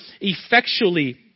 effectually